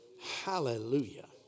hallelujah